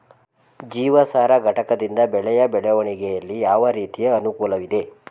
ಜೀವಸಾರ ಘಟಕದಿಂದ ಬೆಳೆಯ ಬೆಳವಣಿಗೆಯಲ್ಲಿ ಯಾವ ರೀತಿಯ ಅನುಕೂಲವಿದೆ?